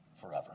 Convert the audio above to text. forever